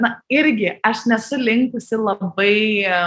na irgi aš nesu linkusi labai